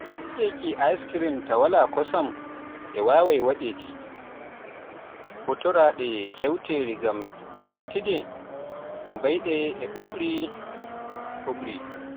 Waɗeeki ice cream ta waalaa kosam e waawai waɗeede, huutoraade keewɗi ngam ƴellitde mbaydi e ɓuuɓri ɓuuɓri